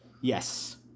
yes